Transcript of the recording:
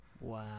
Wow